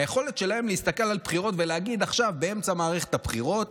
היכולת שלהם להסתכל על בחירות ולהגיד עכשיו באמצע מערכת הבחירות: